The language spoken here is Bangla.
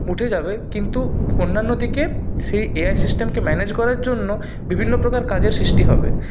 উঠে যাবে কিন্তু অন্যান্য দিকে সেই এআই সিস্টেমকে ম্যানেজ করার জন্য বিভিন্ন প্রকার কাজের সৃষ্টি হবে